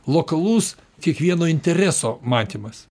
lokalus kiekvieno intereso matymas